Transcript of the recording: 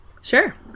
Sure